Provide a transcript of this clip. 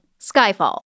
Skyfall